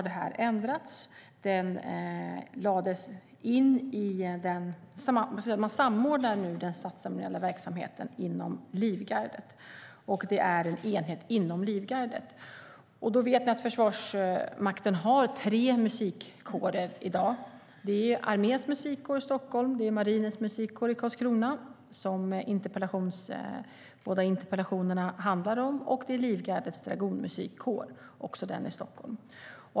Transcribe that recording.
Det ändrades sedan, och den statsceremoniella verksamheten samordnades inom Livgardet och är en enhet där. Försvarsmakten har i dag tre musikkårer. Det är Arméns Musikkår i Stockholm, Marinens Musikkår i Karlskrona, som båda interpellationerna handlar om, och Livgardets Dragonmusikkår i Stockholm.